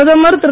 பிரதமர் திரு